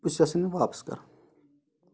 بہٕ چھُس یَژھان یہِ واپَس کَرُن